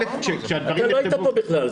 אתה לא היית פה בכלל,